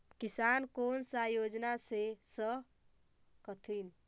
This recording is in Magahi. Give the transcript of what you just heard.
किसान कोन सा योजना ले स कथीन?